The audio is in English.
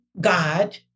God